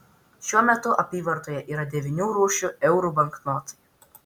šiuo metu apyvartoje yra devynių rūšių eurų banknotai